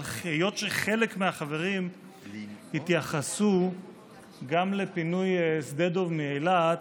אבל היות שחלק מהחברים התייחסו גם לפינוי שדה דב ואילת,